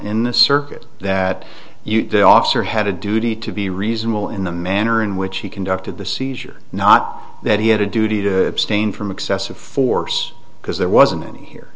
in the circuit that you the officer had a duty to be reasonable in the manner in which he conducted the seizure not that he had a duty to stain from excessive force because there wasn't any here